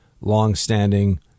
long-standing